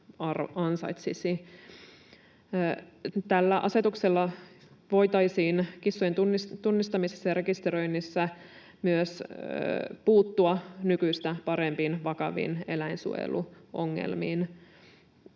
Tällä asetuksella voitaisiin kissojen tunnistamisessa ja rekisteröinnissä myös puuttua nykyistä paremmin vakaviin eläinsuojeluongelmiin.